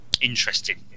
interesting